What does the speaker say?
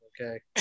Okay